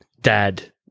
dad